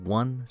one